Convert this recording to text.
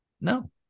No